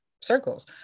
circles